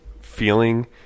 feeling